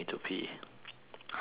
hi pee